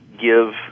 give